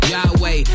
Yahweh